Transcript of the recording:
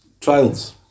trials